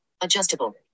adjustable